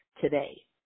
today